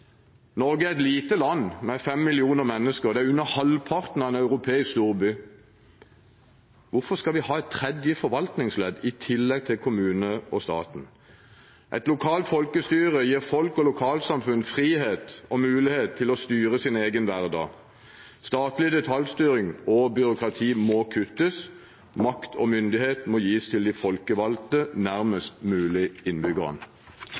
Norge er et lite land med fem millioner mennesker. Det er under halvparten av en europeisk storby. Hvorfor skal vi ha et tredje forvaltningsledd i tillegg til kommune og stat? Et lokalt folkestyre gir folk og lokalsamfunn frihet og mulighet til å styre sin egen hverdag. Statlig detaljstyring og byråkrati må kuttes. Makt og myndighet må gis til de folkevalgte som er nærmest mulig innbyggerne.